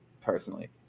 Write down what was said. personally